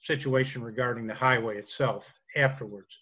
situation regarding the highway itself afterwards